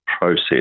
process